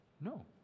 No